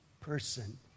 person